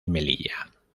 melilla